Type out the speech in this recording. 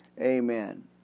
Amen